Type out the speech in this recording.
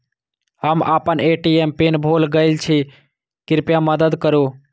हम आपन ATM pin भूल गईल छी, कृपया मदद करू